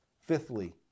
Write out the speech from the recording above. Fifthly